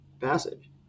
passage